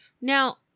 Now